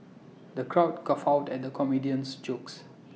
the crowd guffawed at the comedian's jokes